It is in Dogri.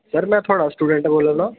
सर मैं थुआड़ा स्टूडेंट बोल्लै ना